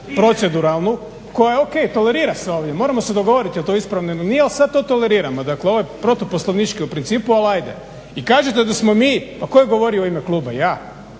proceduralnu koja je ok, tolerira se ovdje, moramo se dogovoriti jel to ispravno ili nije ali sad to toleriramo. Dakle ovo je protuposlovnički u principu ali ajde. I kažete da smo mi, pa tko je govorio u ime kluba, ja?